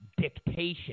dictation